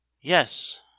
Yes